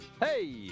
Hey